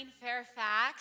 Fairfax